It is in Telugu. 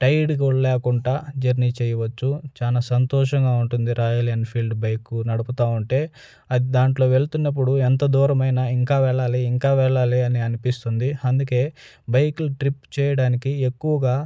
టైర్డ్ కూడా లేకుండా జర్నీ చెయ్యవచ్చు చాలా సంతోషంగా ఉంటుంది రాయల్ ఎన్ఫీల్డ్ బైకు నడుపుతా ఉంటే అది దానిలో వెళ్తున్నప్పుడు ఎంత దూరమైనా ఇంకా వెళ్ళాలి ఇంకా వెళ్ళాలి అని అనిపిస్తుంది అందుకే బైక్లు ట్రిప్ చెయ్యడానికి ఎక్కువగా